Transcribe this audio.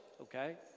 okay